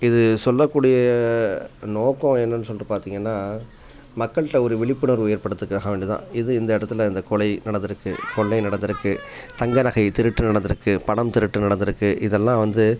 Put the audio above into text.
இது சொல்லக்கூடிய நோக்கம் என்னன்னு சொல்லிட்டு பார்த்திங்கனா மக்கள்கிட்ட ஒரு விழிப்புணர்வு ஏற்படுத்துக்காக வேண்டி தான் இது இந்த இடத்துல இந்த கொலை நடந்துருக்கு கொள்ளை நடந்துருக்கு தங்க நகை திருட்டு நடந்துருக்கு பணம் திருட்டு நடந்துருக்கு இதெல்லாம் வந்து